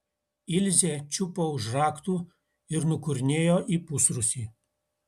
ilzė čiupo už raktų ir nukurnėjo į pusrūsį